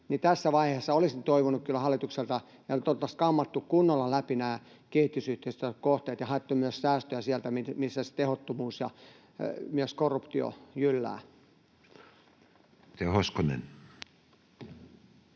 tässä vaiheessa olisin toivonut kyllä hallitukselta, että oltaisiin kammattu kunnolla läpi nämä kehitysyhteistyön kohteet ja haettu myös säästöjä sieltä, missä se tehottomuus ja myös korruptio jylläävät. Edustaja Hoskonen.